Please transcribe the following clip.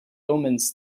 omens